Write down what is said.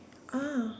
ah